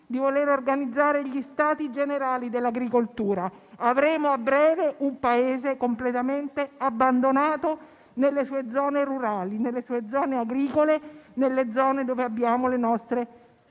di voler organizzare gli stati generali dell'agricoltura. Avremo a breve un Paese completamente abbandonato nelle sue zone rurali e agricole, nelle zone in cui abbiamo le nostre